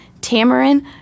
tamarind